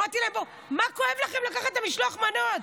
אמרתי להם: מה כואב לכם לקחת את משלוח המנות?